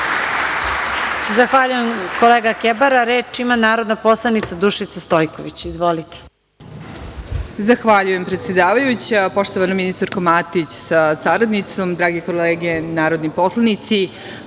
Zahvaljujem, kolega Kebara. Reč ima narodna poslanica Dušica Stojković. Izvolite. **Dušica Stojković** Zahvaljujem, predsedavajuća. Poštovana ministarko Matić sa saradnicom, drage kolege narodni poslanici,